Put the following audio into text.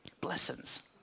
Blessings